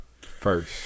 first